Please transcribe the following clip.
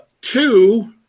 Two